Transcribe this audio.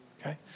okay